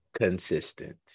Consistent